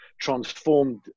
transformed